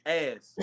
ass